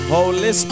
Holy